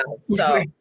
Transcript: so-